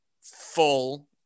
full